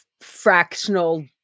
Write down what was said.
fractional